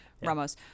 Ramos